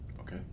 okay